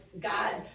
God